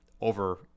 over